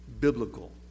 biblical